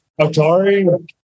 Atari